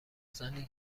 زنی